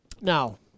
Now